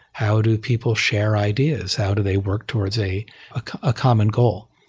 how do people share ideas? how do they work towards a ah common goal?